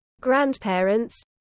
grandparents